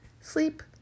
Sleep